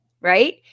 Right